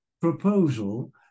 proposal